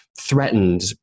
threatened